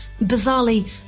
bizarrely